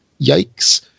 Yikes